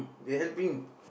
they helping